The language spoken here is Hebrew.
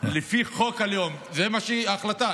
זאת ההחלטה.